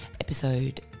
episode